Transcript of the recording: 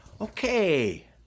Okay